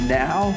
now